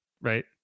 right